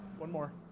one more.